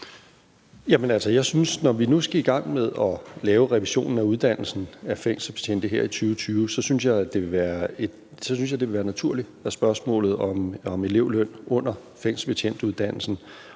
når vi nu skal i gang med at lave revisionen af uddannelsen til fængselsbetjent i 2020, ville være naturligt, at spørgsmålet om elevløn under fængselsbetjentuddannelsen